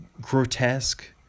grotesque